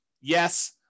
Yes